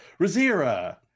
Razira